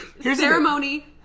ceremony